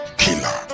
killer